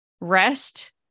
rest